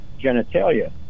genitalia